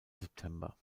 september